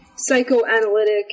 Psychoanalytic